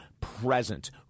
present